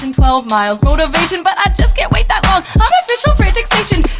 and twelve miles, motivation! but i just can't wait that long i'm official frantic station!